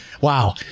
Wow